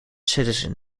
citizen